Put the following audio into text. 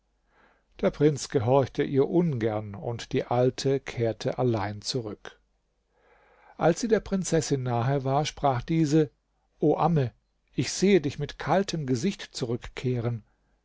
der prinz gehorchte ihr ungern und die alte kehrte allein zurück als sie der prinzessin nahe war sprach diese o amme ich sehe dich mit kaltem gesicht zurückkehren